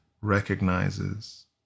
recognizes